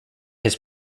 his